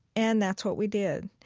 and that's what we did.